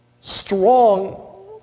strong